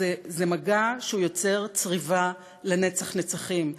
זה מגע שהוא יוצר צריבה לנצח נצחים,